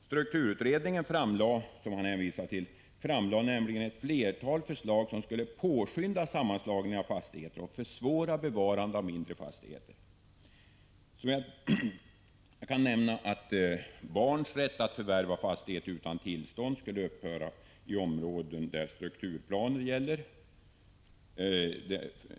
Strukturutredningen, som jordbruksministern hänvisade till, framlade nämligen flera förslag som skulle påskynda sammanslagningen av fastigheter och försvåra bevarandet av mindre fastigheter. Jag kan nämna att barns rätt att utan tillstånd förvärva fastighet skulle upphöra i områden där strukturplan gäller.